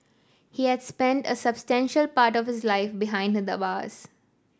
he had spent a substantial part of his life behind the bars